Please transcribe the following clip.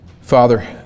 Father